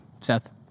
Seth